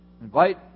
invite